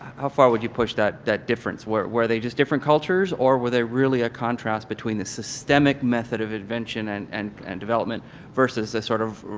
how far would you push that that difference? were were they just different cultures or were they really a contrast between the systemic method of invention and and and development versus the sort of